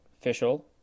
official